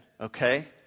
okay